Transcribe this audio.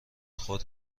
خود